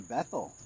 Bethel